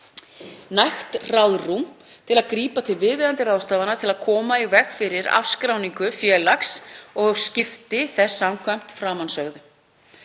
nægt ráðrúm til að grípa til viðeigandi ráðstafana til að koma í veg fyrir afskráningu félags og skipti þess samkvæmt framansögðu.